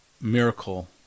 miracle